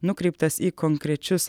nukreiptas į konkrečius